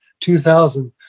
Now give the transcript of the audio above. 2000